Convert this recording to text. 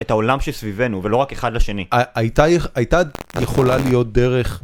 את העולם שסביבנו, ולא רק אחד לשני. הייתה יכ... הייתה יכולה להיות דרך...